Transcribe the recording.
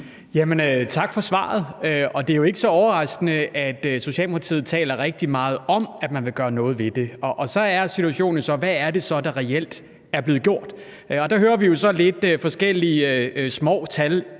Tak for svaret. Det er jo ikke så overraskende, at Socialdemokratiet taler rigtig meget om, at man vil gøre noget ved det. Og så er situationen jo: Hvad er det så, der reelt er blevet gjort? Der hører vi jo lidt forskellige små tal,